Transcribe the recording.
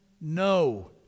No